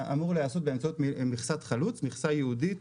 אמור להיעשות באמצעות מכסת 'חלוץ', מכסה ייעודית